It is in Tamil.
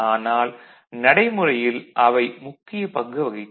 ஆனால் நடைமுறையில் அவை முக்கியப் பங்கு வகிக்கும்